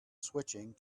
switching